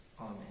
Amen